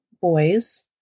boys